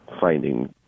finding